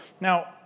Now